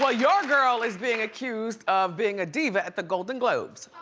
ah your girl is being accused of being a diva at the golden globes.